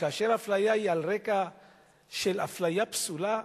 כאשר האפליה היא על רקע של אפליה פסולה,